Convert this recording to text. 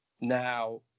Now